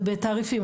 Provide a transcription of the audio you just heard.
זה בתעריפים,